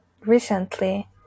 Recently